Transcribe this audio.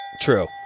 true